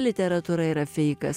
literatūra yra feikas